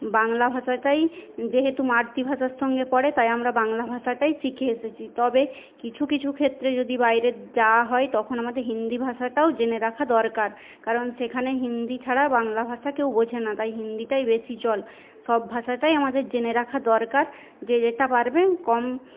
বাংলা ভাষাটাই যেহেতু মাতৃভাষার সঙ্গে পড়ে টাই আমরা বাংলা ভাষাটাই শিখে এসেছি তবে কিছু কিছু ক্ষেত্রে যদি বাইরে যাওয়া হয় তখন আমাদের হিন্দি ভাষাটাও জেনে রাখা দরকার কারণ সেখানে হিন্দি ছাড়া বাংলা ভাষা কেউ বোঝে না তাই হিন্দিটাই বেশি চল সব ভাষাটাই আমাদের জেনে রাখা দরকার যে যেটা পারবে কম